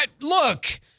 Look